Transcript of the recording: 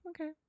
okay